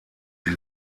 die